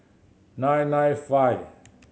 nine nine five